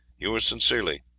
yours sincerely,